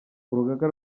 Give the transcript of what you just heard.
urugaga